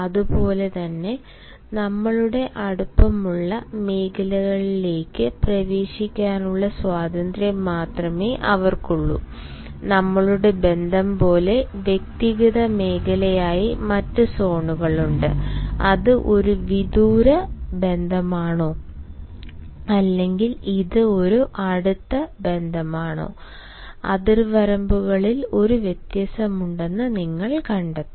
അതുപോലെ തന്നെ നമ്മളുടെ അടുപ്പമുള്ള മേഖലകളിലേക്ക് പ്രവേശിക്കാനുള്ള സ്വാതന്ത്ര്യം മാത്രമേ അവർക്കുള്ളൂ നമ്മളുടെ ബന്ധം പോലെ വ്യക്തിഗത മേഖലയായി മറ്റ് സോണുകളുണ്ട് അത് ഒരു വിദൂര ബന്ധമാണോ അല്ലെങ്കിൽ ഇത് ഒരു അടുത്ത ബന്ധമാണോ അതിർവരമ്പുകളിൽ ഒരു വ്യത്യാസമുണ്ടെന്ന് നിങ്ങൾ കണ്ടെത്തും